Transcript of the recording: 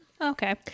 Okay